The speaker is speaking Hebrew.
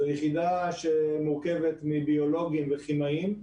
זו יחידה שמורכבת מביולוגים וכימאים,